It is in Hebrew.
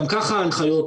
גם ככה ההנחיות,